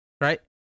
Right